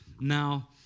Now